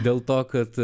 dėl to kad